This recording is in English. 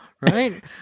right